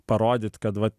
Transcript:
parodyt kad va